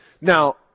Now